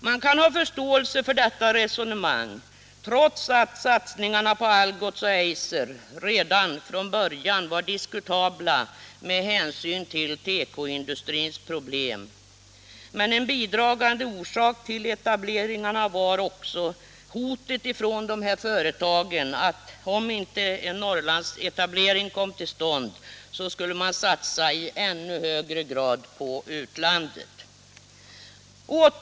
Man kan ha förståelse för detta resonemang, trots att satsningarna på Algots och Eiser redan från början var diskutabla med hänsyn till tekoindustrins problem. En bidragande orsak till etableringen var också hotet från företagen att om inte en Norrlandsetablering kom till stånd skulle man i ännu högre grad satsa på utlandet.